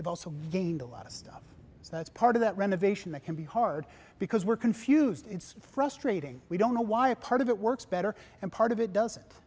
they've also gained a lot of stuff that's part of that renovation that can be hard because we're confused it's frustrating we don't know why a part of it works better and part of it doesn't